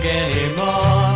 anymore